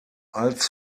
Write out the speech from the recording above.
als